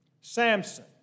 Samson